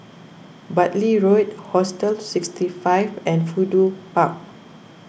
Bartley Road Hostel sixty five and Fudu Park